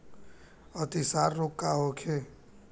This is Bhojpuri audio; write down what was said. अतिसार रोग का होखे?